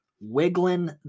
wiggling